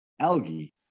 algae